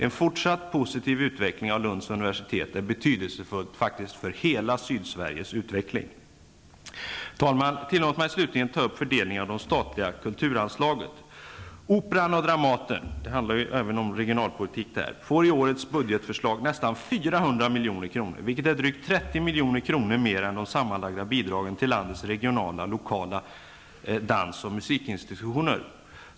En fortsatt positiv utveckling av Lunds universtet är betydelsefull för hela Sydsveriges utveckling. Herr talman! Tillåt mig slutligen ta upp fördelningen av det statliga kulturanslaget. Även det handlar om regionalpolitik. Operan och 400 milj.kr., vilket är drygt 30 milj.kr. mer än de sammanlagda bidragen till landets regionala och lokala teater-, dans och musikinstitutioner.